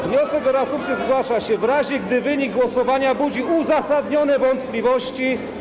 Wniosek o reasumpcję zgłasza się w razie, gdy wynik głosowania budzi uzasadnione wątpliwości.